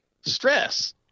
stress